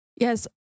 Yes